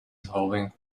involving